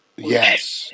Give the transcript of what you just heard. Yes